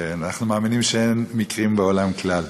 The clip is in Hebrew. כן, אנחנו מאמינים שאין מקרים בעולם כלל.